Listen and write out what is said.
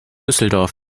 düsseldorf